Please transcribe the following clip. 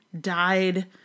died